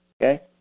Okay